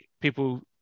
people